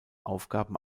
aufgaben